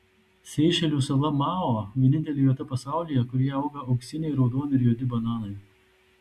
seišelių sala mao vienintelė vieta pasaulyje kurioje auga auksiniai raudoni ir juodi bananai